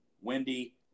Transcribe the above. Wendy